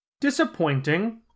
Disappointing